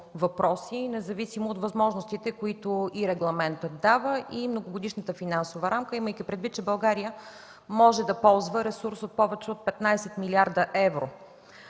въпроси независимо от възможностите, които и регламентът дава, и Многогодишната финансова рамка, имайки предвид, че България може да ползва ресурс от повече от 15 млрд. евро.